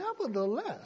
nevertheless